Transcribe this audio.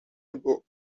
ago